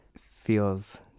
feels